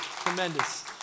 Tremendous